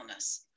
wellness